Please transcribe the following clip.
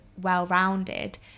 well-rounded